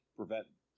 prevent